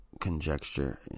conjecture